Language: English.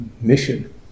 mission